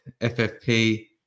FFP